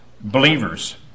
believers